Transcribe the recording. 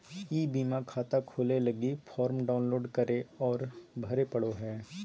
ई बीमा खाता खोलय लगी फॉर्म डाउनलोड करे औरो भरे पड़ो हइ